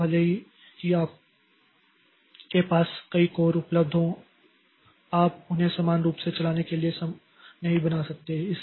इसलिए भले ही आपके पास कई कोर उपलब्ध हो आप उन्हें समान रूप से चलाने के लिए नहीं बना सकते